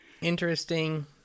interesting